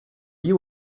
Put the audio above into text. you